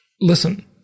Listen